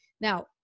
Now